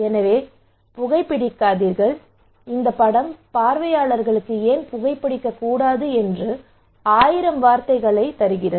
எனவே புகைபிடிக்காதீர்கள் இந்த படம் பார்வையாளர்களுக்கு ஏன் புகைபிடிக்கக்கூடாது என்று ஆயிரம் வார்த்தைகளைத் தருகிறது